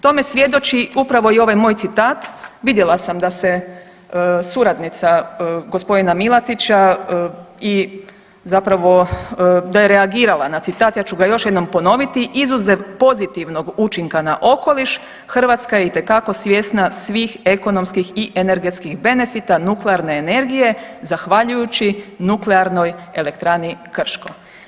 Tome svjedoči upravo i ovaj moj citat, vidjela sam da se suradnica g. Milatića i zapravo, da je reagirala na citat, ja ću ga još jednom ponoviti, izuzet pozitivnog učinka na okoliš, Hrvatska je itekako svjesna svih ekonomskih i energetskih benefita nuklearne energije zahvaljujući NE Krško.